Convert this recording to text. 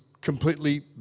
completely